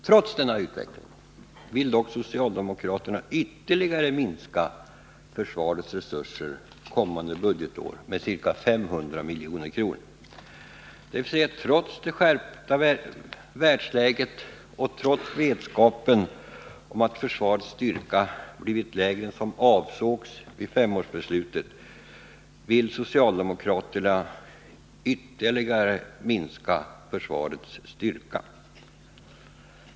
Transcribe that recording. Trots denna utveckling vill socialdemokraterna ytterligare minska försvarets resurser kommande budgetår med ca 500 milj.kr. Trots det skärpta världsläget och trots vetskapen om att försvarets styrka blivit lägre än som avsågs genom femårsbeslutet vill alltså socialdemokraterna ytterligare minska försvarets styrka.